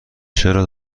چرا